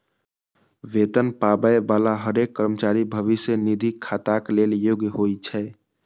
वेतन पाबै बला हरेक कर्मचारी भविष्य निधि खाताक लेल योग्य होइ छै